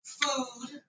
food